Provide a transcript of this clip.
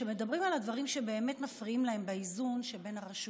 שמדברים על הדברים שבאמת מפריעים להם באיזון שבין הרשויות,